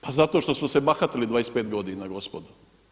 Pa zato što su se bahatili 25 godina gospodo.